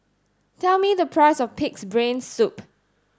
tell me the price of pig's brain soup